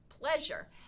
pleasure